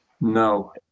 No